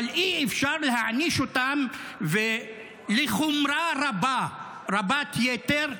אבל אי-אפשר להעניש אותם לחומרה רבה, חומרת יתר,